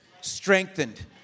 strengthened